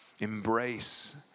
embrace